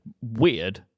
Weird